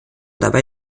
dabei